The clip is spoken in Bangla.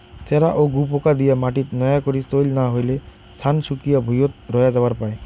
চ্যারা ও গুপোকা দিয়া মাটিত নয়া করি চইল না হইলে, ছান শুকিয়া ভুঁইয়ত রয়া যাবার পায়